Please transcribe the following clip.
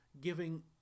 giving